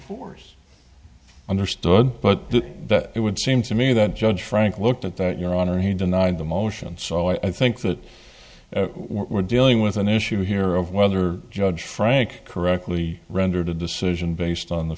force understood but that it would seem to me that judge frank looked at that your honor he denied the motion so i think that we're dealing with an issue here of whether judge frank correctly rendered a decision based on the